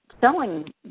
selling